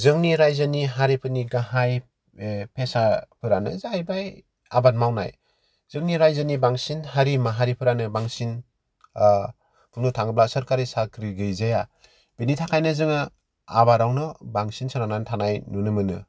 जोंनि रायजोनि हारिफोरनि गाहाय बे पेसाफोरानो जाहैबाय आबाद मावनाय जोंनि रायजोनि बांसिन हारि माहारिफोरानो बांसिन ओ बुंनो थाङोबा सोरखारि साख्रि गैजाया बेनि थाखायनो जोङो आबादावनो बांसिन सोनारना थानाय नुनो मोनो